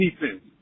defense